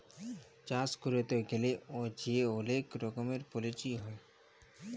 চাষ ক্যইরতে গ্যালে যে অলেক রকমের পলিছি হ্যয়